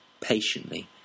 patiently